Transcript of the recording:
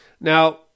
Now